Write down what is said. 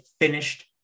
finished